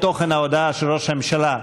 בתוכן ההודעה של ראש הממשלה,